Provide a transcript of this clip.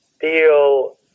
deal